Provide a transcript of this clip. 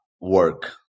work